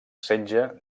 setge